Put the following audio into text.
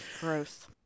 Gross